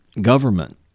Government